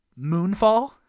Moonfall